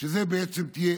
שזו תהיה